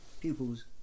pupils